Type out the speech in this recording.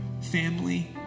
Family